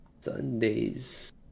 Sundays